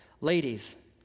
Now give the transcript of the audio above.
Ladies